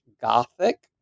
Gothic